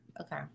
Okay